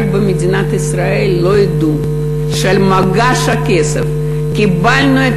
רק במדינת ישראל לא ידעו שעל מגש הכסף קיבלנו את